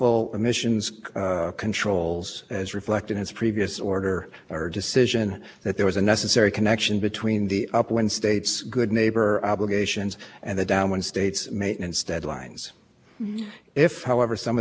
under the feds the rule gives them the opportunity to submit steps to replace the phipps the rule has given them that opportunity since august two thousand and eleven my understanding is that no state has taken up that opportunity yet so to turn back to